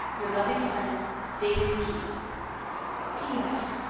your loving friend david keith p s.